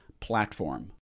platform